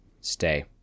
Stay